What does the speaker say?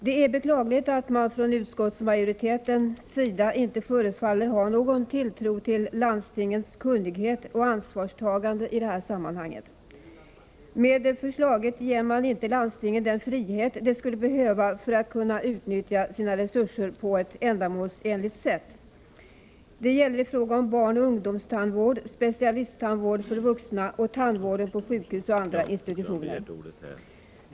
Det är beklagligt att man från utskottsmajoritetens sida inte förefaller ha någon tilltro till landstingens kunnighet och ansvarstagande i detta sammanhang. Med förslaget ger man inte landstingen den frihet de skulle behöva för 139 att kunna utnyttja sina resurser på ett ändamålsenligt sätt. Det gäller i fråga om barnoch ungdomstandvården, specialisttandvården för vuxna och tandvården på sjukhus och andra institutioner.